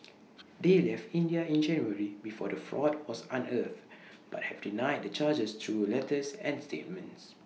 they left India in January before the fraud was unearthed but have denied the charges through letters and statements